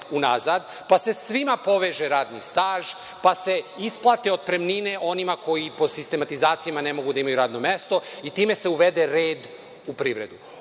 pa se svima poveže radni staž, pa se isplate otpremnine onima koji po sistematizaciji ne mogu da radno mesto i time se uvede red u privredu. Ovo